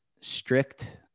strict